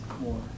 more